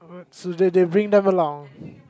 so they they bring them along